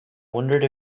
wondered